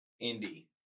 Indy